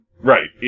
Right